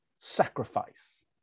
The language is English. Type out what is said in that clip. sacrifice